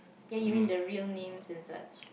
ya you mean the real names and such